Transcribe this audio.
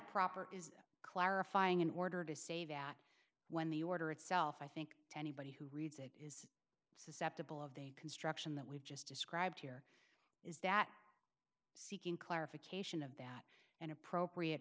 proper is clarifying in order to say that when the order itself i think anybody who reads it is susceptible of the construction that we've just described here is that seeking clarification of that and appropriate